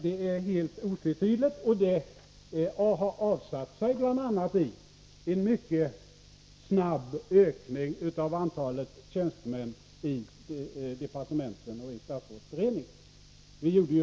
Detta är helt otvetydigt, och det har bl.a. avsatt sigi en mycket snabb ökning av antalet tjänstemän i departementen och inom statsrådsberedningen. Vi gjorde.